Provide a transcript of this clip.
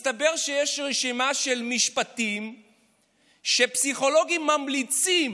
מסתבר שיש רשימה של משפטים שפסיכולוגים ממליצים